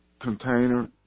container